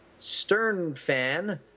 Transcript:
Sternfan